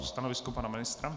Stanovisko pana ministra?